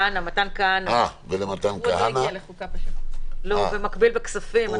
הוא במקביל בכספים.